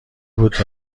بود